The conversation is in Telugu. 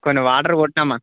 కొన్ని వాటర్ కొట్టినామ